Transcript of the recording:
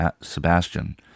Sebastian